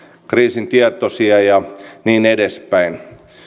kriisitietoisia ja niin edespäin